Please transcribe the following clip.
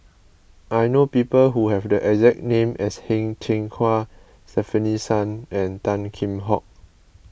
I know people who have the exact name as Heng Cheng Hwa Stefanie Sun and Tan Kheam Hock